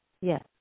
Yes